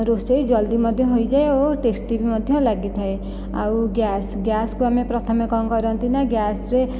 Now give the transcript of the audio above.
ରୋଷେଇ ଜଲ୍ଦି ମଧ୍ୟ ହୋଇଯାଏ ଓ ଟେଷ୍ଟି ବି ମଧ୍ୟ ଲାଗିଥାଏ ଆଉ ଗ୍ୟାସ୍ ଗ୍ୟାସ୍କୁ ଆମେ ପ୍ରଥମେ କଣ କରନ୍ତି ନା ଗ୍ୟାସ୍ରେ